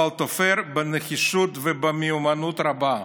אבל תופר בנחישות ובמיומנות רבה.